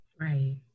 Right